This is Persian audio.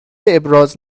ابراز